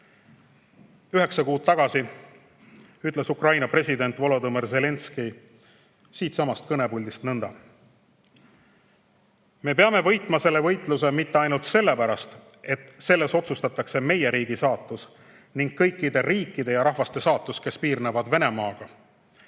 Üheksa kuud tagasi ütles Ukraina president Volodõmõr Zelenskõi siitsamast kõnepuldist nõnda: "Me peame võitma selle võitluse, mitte ainult sellepärast, et selles otsustatakse meie riigi saatus ning kõikide riikide ja rahvaste saatus, kes piirnevad Venemaaga.